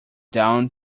down